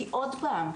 כי עוד פעם,